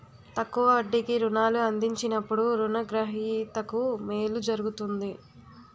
తక్కువ వడ్డీకి రుణాలు అందించినప్పుడు రుణ గ్రహీతకు మేలు జరుగుతుంది